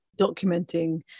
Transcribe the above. documenting